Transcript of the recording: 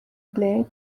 play